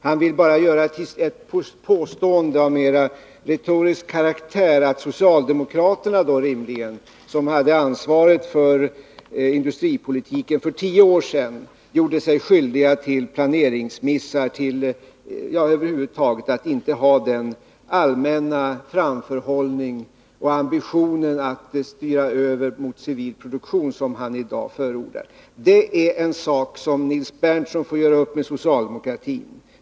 Han vill bara göra ett påstående av retorisk karaktär, nämligen att man — rimligen då socialdemokraterna, som hade ansvaret för industripolitiken för tio år sedan — gjorde sig skyldig till planeringsmissar och inte hade någon allmän framförhållning eller ambition att styra över verksamheten mot civil produktion, som han i dag förordar. Det är en sak som Nils Berndtson får ta upp med socialdemokratin.